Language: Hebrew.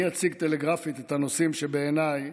אני אציג טלגרפית את הנושאים שבעיניי